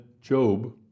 Job